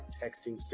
texting